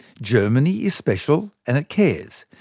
germany is special, and it cares.